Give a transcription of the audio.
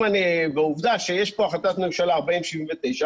עובדה שיש פה החלטת ממשלה 4079,